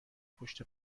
پشت